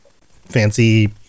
fancy